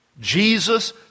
Jesus